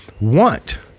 want